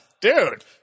Dude